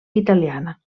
italiana